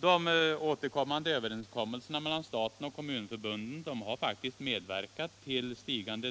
De återkommande överenskommelserna mellan staten och kommunförbunden har faktiskt medverkat till